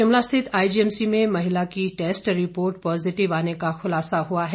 शिमला स्थित आईजीएमसी में महिला की टैस्ट रिपोर्ट पॉजिटिव आने का खुलासा हुआ है